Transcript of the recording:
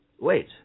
Wait